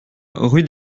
rue